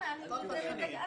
אלה שמשתתפות